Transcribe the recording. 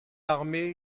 armés